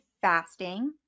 fasting